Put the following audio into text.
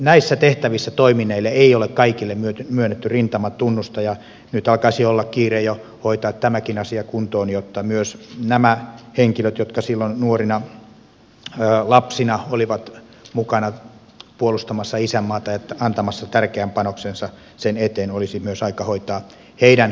näissä tehtävissä toimineille ei ole kaikille myönnetty rintamatunnusta ja nyt alkaisi olla kiire jo hoitaa tämäkin asia kuntoon ja myös näiden henkilöiden jotka silloin nuorina lapsina olivat mukana puolustamassa isänmaata ja antamassa tärkeän panoksensa sen eteen kuntoutusasiat ja etuasiat kuntoon